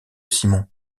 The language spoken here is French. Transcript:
simon